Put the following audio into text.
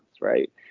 right